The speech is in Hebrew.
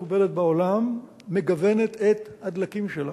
מקובלת בעולם, מגוונת את הדלקים שלה,